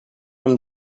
hem